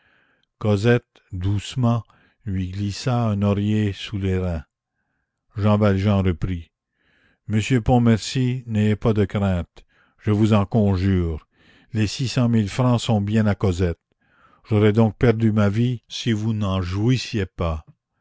cosette doucement lui glissa un oreiller sous les reins jean valjean reprit monsieur pontmercy n'ayez pas de crainte je vous en conjure les six cent mille francs sont bien à cosette j'aurais donc perdu ma vie si vous n'en jouissiez pas